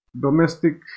domestic